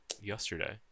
yesterday